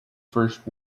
first